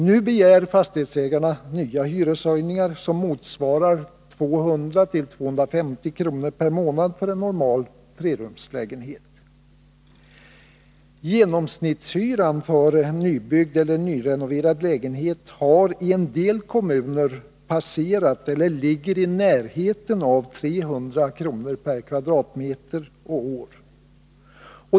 Nu begär fastigheteägarna nya hyreshöjningar, som motsvarar 200-250 kr. per månad för en normal trerumslägenhet. Genomsnittshyran för en nybyggd eller nyrenoverad lägenhet har i en del kommuner passerat eller ligger i närheten av 300 kr. per kvadratmeter och år.